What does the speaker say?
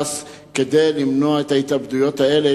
בתי-הסוהר כדי למנוע את ההתאבדויות האלה.